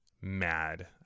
mad